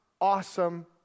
awesome